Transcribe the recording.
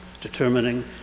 determining